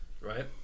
right